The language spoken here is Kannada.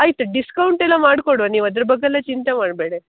ಆಯಿತು ಡಿಸ್ಕೌಂಟೆಲ್ಲ ಮಾಡ್ಕೊಡುವ ನೀವು ಅದ್ರ ಬಗ್ಗೆ ಎಲ್ಲ ಚಿಂತೆ ಮಾಡಬೇಡಿ